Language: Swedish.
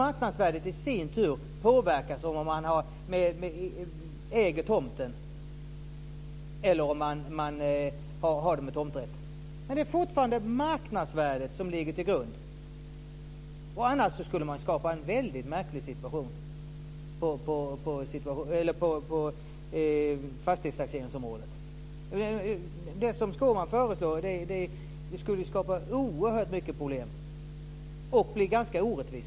Marknadsvärdet påverkas av om man äger tomten eller innehar den med tomträtt. Det är fortfarande marknadsvärdet som ligger till grund. Annars skulle man skapa en mycket märklig situation på fastighetstaxeringsområdet. Det som Skårman föreslår skulle skapa oerhört mycket problem och bli ganska orättvist.